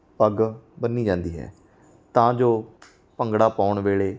ਪੱਗ ਬੰਨ੍ਹੀ ਜਾਂਦੀ ਹੈ ਤਾਂ ਜੋ ਭੰਗੜਾ ਪਾਉਣ ਵੇਲੇ